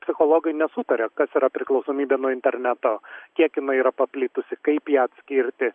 psichologai nesutaria kas yra priklausomybė nuo interneto kiek jinai yra paplitusi kaip ją atskirti